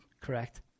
Correct